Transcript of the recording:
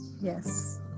yes